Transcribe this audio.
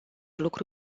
lucru